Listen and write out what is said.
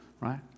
right